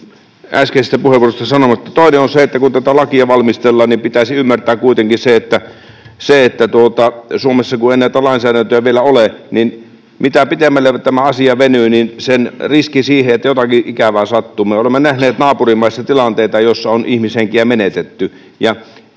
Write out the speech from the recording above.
Toinen on se, että kun tätä lakia valmistellaan, niin pitäisi ymmärtää kuitenkin se, että Suomessa kun ei näitä lainsäädäntöjä vielä ole, niin mitä pitemmälle tämä asia venyy, niin lisääntyy riski siihen, että jotakin ikävää sattuu. Me olemme nähneet naapurimaissa tilanteita, joissa on ihmishenkiä menetetty.